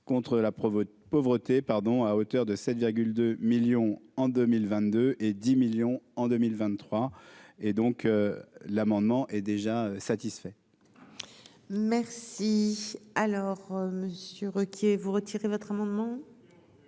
pauvreté, pardon, à hauteur de 7 2 millions en 2000 22 et 10 millions en 2023 et donc l'amendement est déjà satisfait. Merci, alors Monsieur Ruquier vous retirer votre amendement